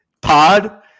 pod